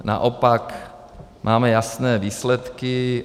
Naopak máme jasné výsledky.